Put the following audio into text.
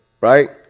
Right